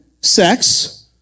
sex